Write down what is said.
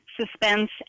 suspense